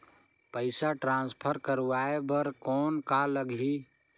पइसा ट्रांसफर करवाय बर कौन का लगही?